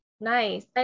Nice